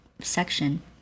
section